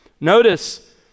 Notice